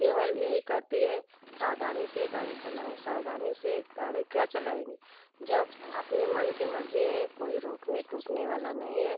केवल यही कहती है सावधानी से गाड़ी चलाओ सावधानी से गाड़ी क्या चलाएंगे जब अपने मन के मर्जी हैं कोई रोकने टोकने वाला नहीं है